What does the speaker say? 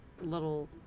little